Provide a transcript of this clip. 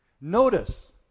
Notice